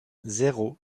zéro